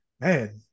man